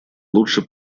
лучше